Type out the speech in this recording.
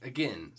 Again